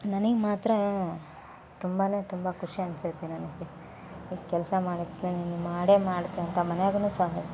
ನನಿಗೆ ಮಾತ್ರ ತುಂಬ ತುಂಬ ಖುಷಿ ಅನ್ಸೈತಿ ನನಗೆ ಈ ಕೆಲಸ ಮಾಡೋಕ್ಕೆ ನಾನು ಮಾಡೇ ಮಾಡ್ತೆ ಅಂತ ಮನೆಯಾಗೂನು ಸಹ